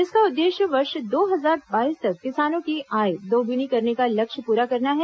इसका उद्देश्य वर्ष दो हजार बाईस तक किसानों की आय दोगुनी करने का लक्ष्य पूरा करना है